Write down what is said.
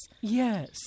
Yes